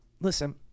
listen